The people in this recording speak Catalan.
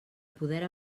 poder